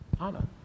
Anna